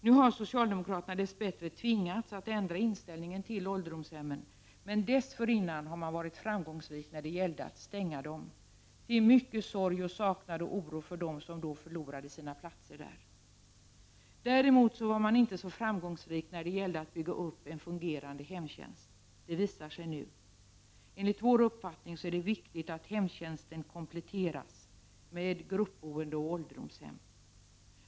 Nu har socialdemokraterna tvingats ändra inställning till ålderdomshemmen, men dessförinnan har man varit framgångsrik när det gällt att stänga dem -— till mycken sorg, saknad och oro för dem så då förlorat sina platser där. Däremot har man inte varit så framgångsrik när det gällt att bygga upp en fungerande hemtjänst. Det visar sig nu. Enligt vår uppfattning är det viktigt att hemtjänsten kompletteras med gruppboende och ålderdomshem.